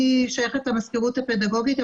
אני שייכת למזכירות הפדגוגית,